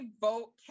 vote